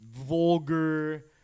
vulgar